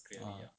ah